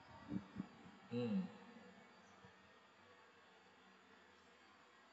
mm